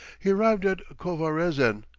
he arrived at khovarezen,